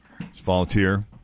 Volunteer